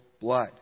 blood